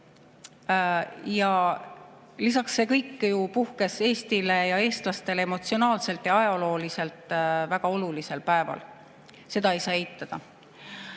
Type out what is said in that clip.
Ja lisaks, see kõik puhkes Eestile ja eestlastele emotsionaalselt ja ajalooliselt väga olulisel päeval. Seda ei saa eitada. Samuti